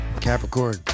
Capricorn